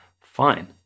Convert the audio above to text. Fine